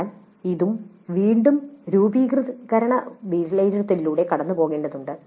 എന്നാൽ ഇതും വീണ്ടും ഒരു രൂപീകരണ വിലയിരുത്തലിലൂടെ കടന്നുപോകേണ്ടതുണ്ട്